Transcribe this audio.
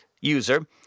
user